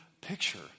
picture